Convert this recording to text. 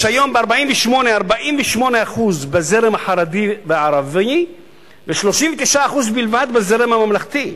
יש היום 48% בזרם החרדי והערבי ו-39% בלבד בזרם הממלכתי.